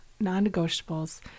non-negotiables